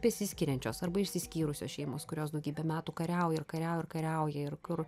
besiskiriančios arba išsiskyrusios šeimos kurios daugybę metų kariauja ir kariauja ir kariauja ir kur